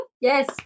Yes